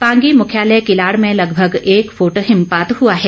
पांगी मुख्यालय किलाड़ में लगभंग एक फूट हिमपात हुआ है